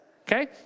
okay